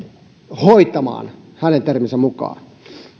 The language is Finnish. hoitamaan hänen terminsä mukaan